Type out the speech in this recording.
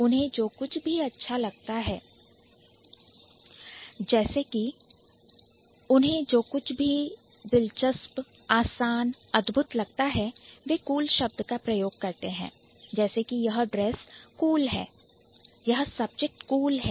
उन्हें जो कुछ भी अच्छा लगता है जैसे कि जो कुछ उन्हें दिलचस्प आसान अद्भुत लगता है वे Cool शब्द का उपयोग करते हैं जैसे कि यह dress ड्रेस कूल है यह Subject सब्जेक्ट कूल है